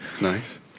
Nice